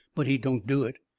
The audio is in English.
but he don't do it.